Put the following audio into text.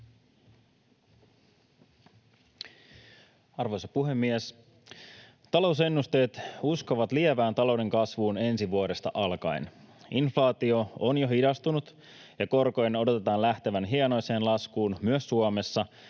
Arvoisa puhemies! Talousennusteet uskovat lievään talouden kasvuun ensi vuodesta alkaen. Inflaatio on jo hidastunut, ja korkojen odotetaan lähtevän hienoiseen laskuun myös Suomessa